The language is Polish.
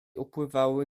upływały